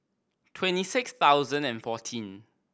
twenty six thousand and fourteen